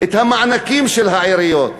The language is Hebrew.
את המענקים של העיריות.